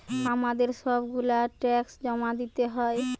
আমাদের সব গুলা ট্যাক্স জমা দিতে হয়